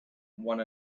one